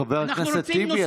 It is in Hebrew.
חבר הכנסת טיבי,